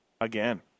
Again